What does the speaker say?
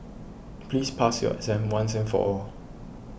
please pass your exam once and for all